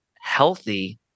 healthy